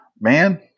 man